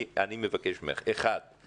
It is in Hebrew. אחת,